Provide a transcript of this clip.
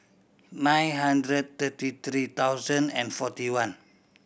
nine hundred thirty three thousand and forty one